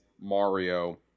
Mario